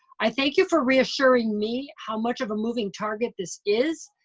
i thank you for reassuring me how much of a moving target this is.